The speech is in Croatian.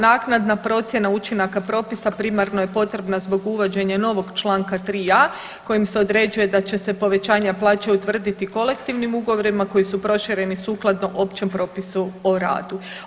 Naknadna procjena učinaka propisa primarno je potrebna zbog uvođenja novog čl. 3a. kojom se određuje da će se povećanja plaća utvrditi kolektivnim ugovorima koji su prošireni sukladno Općem propisu o radu.